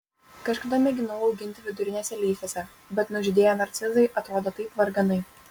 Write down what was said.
kažkada mėginau auginti vidurinėse lysvėse bet nužydėję narcizai atrodo taip varganai